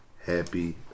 happy